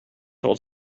told